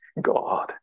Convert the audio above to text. God